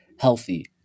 healthy